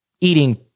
eating